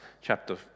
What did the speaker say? chapter